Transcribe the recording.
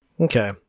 Okay